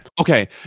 Okay